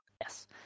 Yes